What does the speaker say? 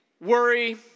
worry